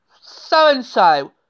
so-and-so